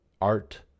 art